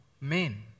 men